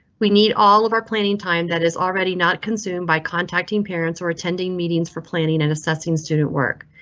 we need all of our planning time that is already not consumed by contacting parents or attending meetings for planning and assessing student work.